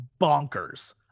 bonkers